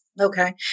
Okay